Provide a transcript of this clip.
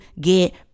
get